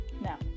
Now